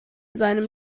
seinem